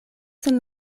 sen